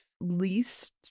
least